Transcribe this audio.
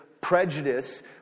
prejudice